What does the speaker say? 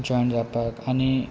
join जावपाक आनी